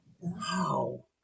Wow